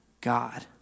God